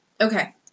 Okay